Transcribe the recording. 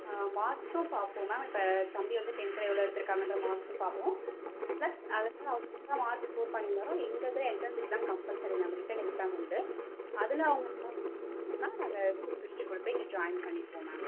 மார்க்ஸும் பார்ப்போம் மேம் இப்போ தம்பி வந்து டென்த்தில் எவ்வளோ எடுத்துருக்காங்கன்றதை மார்க்ஸும் பார்ப்போம் ப்ளஸ் அது வந்து அவங்க எவ்வளோ மார்க் ஸ்கோர் பண்ணியிருந்தாலும் எங்கள் இதில் entrance exam compulsory ma'am written exam உண்டு அதில் அவங்க பாஸ் பண்ணால் மட்டும் தான் நாங்கள் குரூப் பிரித்து கொடுத்து இங்கே ஜாயின் பண்ணிப்போம் மேம்